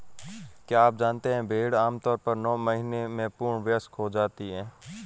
क्या आप जानते है भेड़ आमतौर पर नौ महीने में पूर्ण वयस्क हो जाती है?